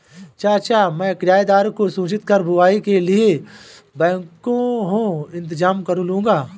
चाचा मैं किराएदार को सूचित कर बुवाई के लिए बैकहो इंतजाम करलूंगा